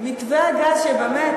מתווה הגז שבאמת,